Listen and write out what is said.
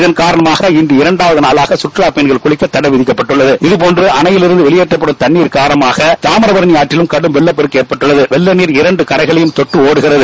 இதன் காரணமாக இங்கு இரண்டாம் நாளாக கற்றுலாப் பயணிகள் குளிக்க தடை விதிக்கப்பட்டுள்ளது இதபோன்று அணையிலிருந்து வெளியேற்றப்படும் தண்ணீரின் காணமாக தாமிரபரணி ஆற்றிலும் கடும் வெள்ளப்பெருக்கு எற்பட்டுள்ளது வெள்ள நீர் இரண்டு கலரகளையும் கொட்டு ஒடுகிறது